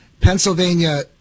Pennsylvania